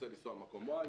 רוצה לנסוע למקום Y',